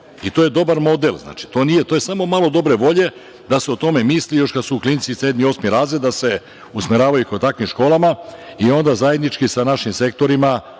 to je dobar model. To je samo malo dobre volje da se o tome misli još kada su klinci sedmi, osmi razred, da se usmeravaju ka takvim školama i onda zajednički sa našim sektorima…Imamo